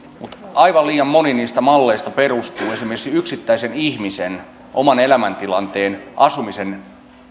aivan liian moni niistä malleista perustuu esimerkiksi yksittäisen ihmisen oman elämäntilanteen asumisen